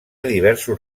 diversos